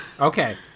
Okay